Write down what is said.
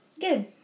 Good